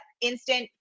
instant